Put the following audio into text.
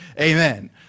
Amen